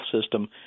system